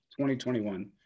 2021